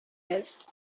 list